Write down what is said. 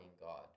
God